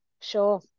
Sure